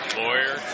lawyer